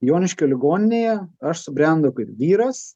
joniškio ligoninėje aš subrendau kaip vyras